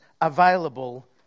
available